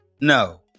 No